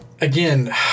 again